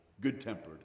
good-tempered